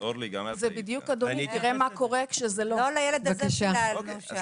לא לילד הזה פיללנו.